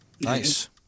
Nice